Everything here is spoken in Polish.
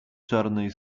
czarnej